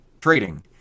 trading